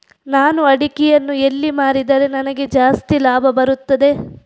ನಾನು ಅಡಿಕೆಯನ್ನು ಎಲ್ಲಿ ಮಾರಿದರೆ ನನಗೆ ಜಾಸ್ತಿ ಲಾಭ ಬರುತ್ತದೆ?